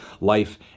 life